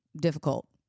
Difficult